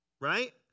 right